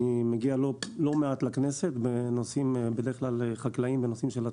אני מגיע לא מעט לכנסת בנושאים בדרך כלל חקלאיים ובנושאים של עצמאיים,